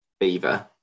Fever